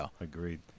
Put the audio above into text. Agreed